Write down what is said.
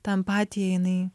ta empatija jinai